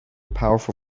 powerful